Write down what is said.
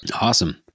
Awesome